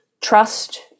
trust